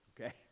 okay